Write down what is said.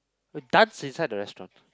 we dance inside the restaurant